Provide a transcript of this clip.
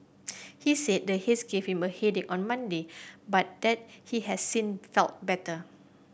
he said the haze gave him a headache on Monday but that he has since felt better